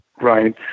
Right